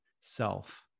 self